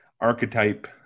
archetype